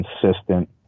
consistent